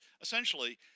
essentially